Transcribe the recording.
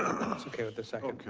that's okay with the second.